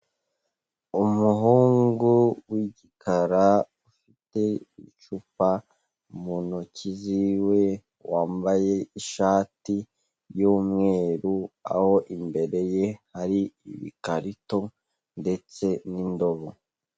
Umuhungu w'igikara ufite icupa mu ntoki z'iwe wambaye ishati yumweru, aho imbere ye hari ibikarito ndetse n'indobo.